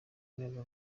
rwego